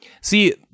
See